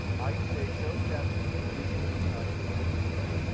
i'm going to say show steps using completing the square.